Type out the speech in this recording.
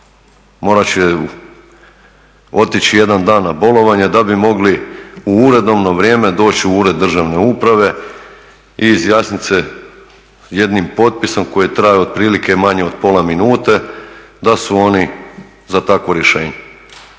morati će otići jedan dan na bolovanje da bi mogli u uredovno vrijeme doći u ured Državne uprave i izjasniti se jednim potpisom koji traje otprilike manje od pola minute da su oni za takvo rješenje.